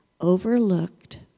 overlooked